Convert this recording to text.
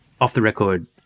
off-the-record